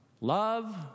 love